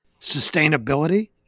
sustainability